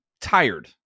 tired